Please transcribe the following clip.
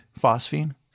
phosphine